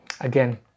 Again